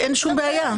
אין שום בעיה.